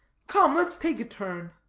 come, let's take a turn.